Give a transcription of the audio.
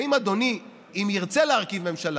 האם אדוני, אם ירצה להרכיב ממשלה,